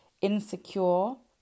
insecure